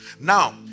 Now